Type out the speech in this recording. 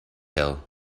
hill